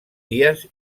dies